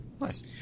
nice